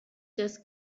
just